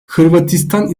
hırvatistan